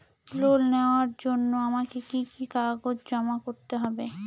Loan নেওয়ার জন্য আমাকে কি কি কাগজ জমা করতে হবে?